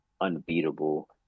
unbeatable